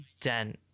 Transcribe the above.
dent